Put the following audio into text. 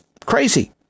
Crazy